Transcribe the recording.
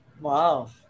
Wow